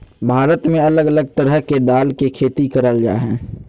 भारत में अलग अलग तरह के दाल के खेती करल जा हय